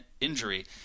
injury